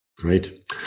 Great